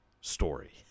story